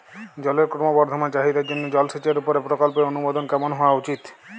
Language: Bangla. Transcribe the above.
জলের ক্রমবর্ধমান চাহিদার জন্য জলসেচের উপর প্রকল্পের অনুমোদন কেমন হওয়া উচিৎ?